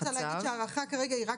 אני רק רוצה להגיד שההארכה כרגע היא רק